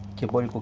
two point